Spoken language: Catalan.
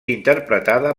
interpretada